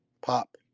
pop